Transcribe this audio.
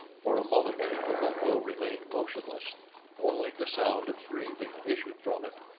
for a moment the bundle remained motionless only the sound of breathing issued from it,